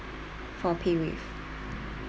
for payWave